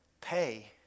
pay